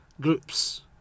groups